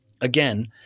again